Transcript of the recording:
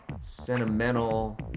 sentimental